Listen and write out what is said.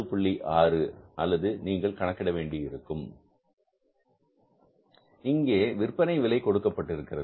6 அல்லது நீங்கள் கணக்கிட வேண்டி இருக்கும் இங்கே விற்பனை விலை கொடுக்கப்பட்டிருக்கிறது